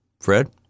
Fred